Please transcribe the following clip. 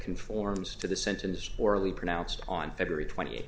conforms to the sentence orally pronounced on february twenty eight